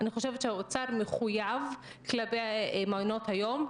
אני חושבת שהאוצר מחויב כלפי מעונות היום,